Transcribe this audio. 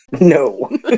No